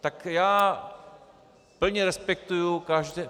Tak já plně respektuji